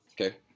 Okay